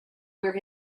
where